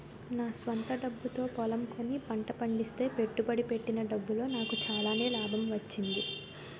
నా స్వంత డబ్బుతో పొలం కొని పంట పండిస్తే పెట్టుబడి పెట్టిన డబ్బులో నాకు చాలానే లాభం వచ్చింది